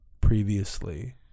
previously